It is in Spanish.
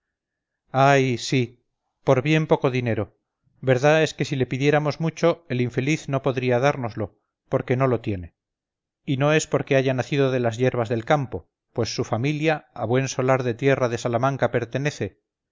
ay sí por bien poco dinero verdad es que si le pidiéramos mucho el infeliz no podría dárnoslo porque no lo tiene y no es porque haya nacido de las yerbas del campo pues su familia a un buen solar de tierra de salamanca pertenece